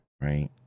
right